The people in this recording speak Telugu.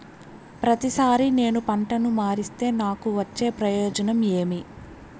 ప్రతిసారి నేను పంటను మారిస్తే నాకు వచ్చే ప్రయోజనం ఏమి?